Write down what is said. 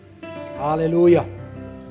Hallelujah